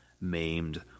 maimed